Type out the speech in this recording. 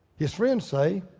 his friends say,